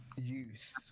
youth